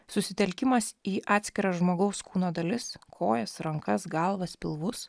susitelkimas į atskiras žmogaus kūno dalis kojas rankas galvas pilvus